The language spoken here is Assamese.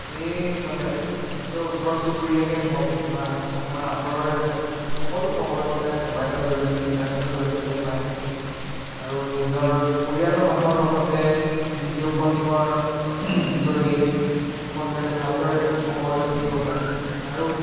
সেইবাবে নিজৰ ওচৰ চুবুৰীয়াতে হওক বা অকণমান আঁতৰৰে হওক সকলো খবৰবিলাক মোবাইলৰ জৰিয়তে ইণ্টাৰনেটৰ জৰিয়তে পাই থাকে আৰু নিজৰ পৰিয়ালৰ মানুহৰ লগতে ভিডিঅ' কলিঙৰ জৰিয়ে সকলোৰে ভালদৰে খবৰ লৈ থাকিব পাৰে আৰু